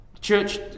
church